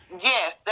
Yes